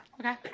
okay